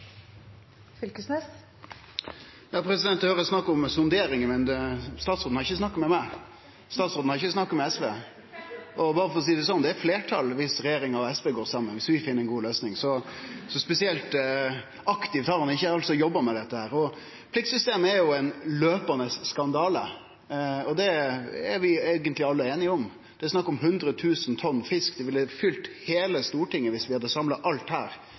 Eg høyrer snakk om sonderingar, men statsråden har ikkje snakka med meg, statsråden har ikkje snakka med SV. Og berre for å seie det slik: Det er fleirtal viss regjeringa og SV går saman, viss vi finn ei god løysing, så spesielt aktivt har han altså ikkje jobba med dette. Pliktsystemet er ein løpande skandale, det er vi eigentleg alle einige om. Det er snakk om hundre tusen tonn fisk, det ville fylt heile Stortinget viss vi hadde samla alt her,